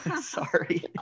sorry